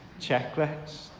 checklist